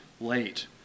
late